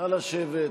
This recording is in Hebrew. נא לשבת.